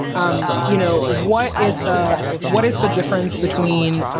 um you know, what is the what is the difference between